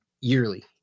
yearly